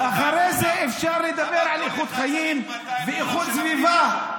אחרי זה אפשר לדבר על איכות חיים ואיכות סביבה.